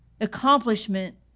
accomplishment